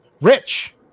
rich